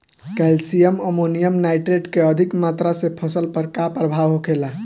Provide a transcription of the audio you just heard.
Calcium ammonium nitrate के अधिक मात्रा से फसल पर का प्रभाव होखेला?